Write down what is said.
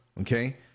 okay